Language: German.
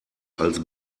als